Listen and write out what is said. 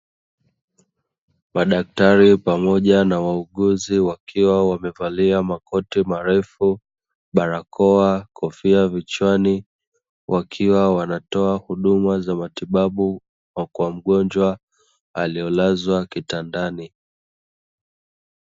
Madaktari pamoja na wauguzi wakiwa wamevalia makoti marefu, barakoa, kofia kichwani wakiwa wanatoa huduma za matibabu kwa mgonwa aliyelazwa kitandani.